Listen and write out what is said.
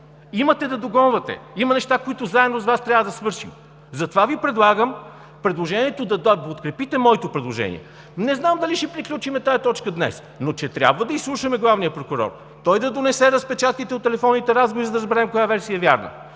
Имате да догонвате! Има неща, които заедно с Вас трябва да свършим! Затова Ви предлагам да подкрепите моето предложение. Не знам дали ще приключим тази точка днес, но че трябва да изслушаме главния прокурор, той да донесе разпечатките от телефонните разговори, за да разберем коя версия е вярна,